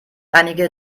einige